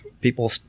people